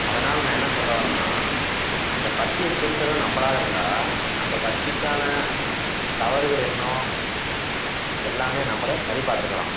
அதனால் நான் என்ன சொல்ல வர்றேன்னால் அந்த பத்தியை திருத்துவது நம்மளாக இருந்தால் அந்த பத்திக்கான தவறுகள் என்ன எல்லாமே நம்மளே சரி பார்த்துக்கலாம்